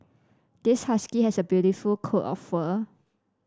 this husky has a beautiful coat of fur